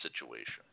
situation